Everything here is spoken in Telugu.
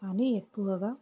కానీ ఎక్కువగా